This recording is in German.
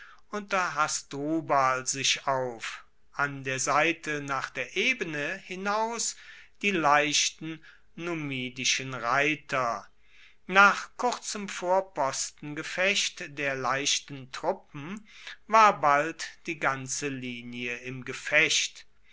unter hasdrubal sich auf an der seite nach der ebene hinaus die leichten numidischen reiter nach kurzem vorpostengefecht der leichten truppen war bald die ganze linie im gefecht